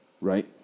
right